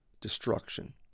destruction